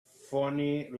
phoney